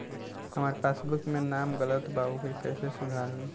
हमार पासबुक मे नाम गलत बा ओके कैसे सुधार होई?